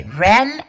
ran